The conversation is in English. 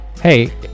hey